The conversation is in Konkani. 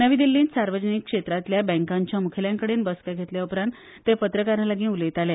नवी दिल्लीत सार्वजनिक क्षेत्रातल्या बँकांच्या मुखेल्यांकडेन बसका घेतल्या उपरांत ते पत्रकारांकडेन उलयताले